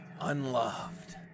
Unloved